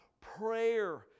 prayer